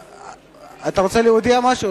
אתה רוצה להודיע משהו?